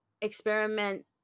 experiment